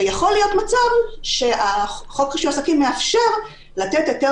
ויכול להיות מצב שחוק רישוי עסקים מאפשר לתת היתר